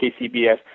KCBS